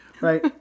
Right